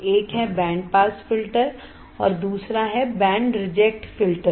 एक है band pass filter और दूसरा है बैंड रिजेक्ट फिल्टर